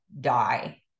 die